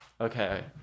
Okay